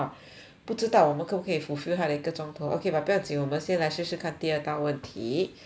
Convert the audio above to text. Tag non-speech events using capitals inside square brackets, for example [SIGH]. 不知道我们可不可以 fulfil 他的一个钟头 okay but 不用紧我们先来试试看第二道问题 [NOISE] 好